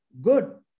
good